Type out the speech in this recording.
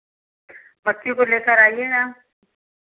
बच्ची को लेकर आइएगा